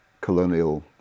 colonial